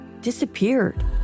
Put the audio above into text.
disappeared